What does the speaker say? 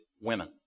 women